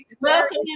Welcome